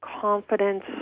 confidence